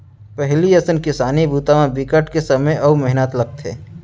पहिली असन किसानी बूता म बिकट के समे अउ मेहनत लगथे